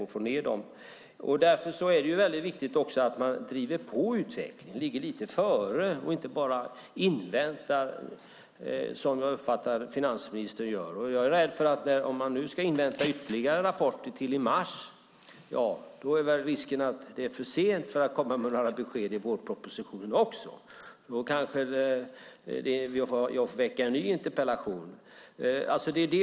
Därför är det också väldigt viktigt att man driver på utvecklingen och ligger lite före och inte bara inväntar, som jag uppfattar att finansministern gör. Om man ska invänta ytterligare rapporter till i mars är väl risken att det är för sent att komma med några besked i vårpropositionen också. Då kanske jag får väcka en ny interpellation.